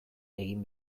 egin